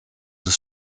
des